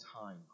time